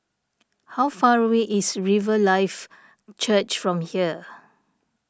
how far away is Riverlife Church from here